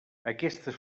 aquestes